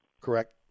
Correct